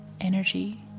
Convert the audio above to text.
energy